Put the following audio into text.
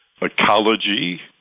ecology